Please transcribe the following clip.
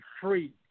free